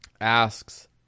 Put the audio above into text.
asks